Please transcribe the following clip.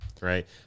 Right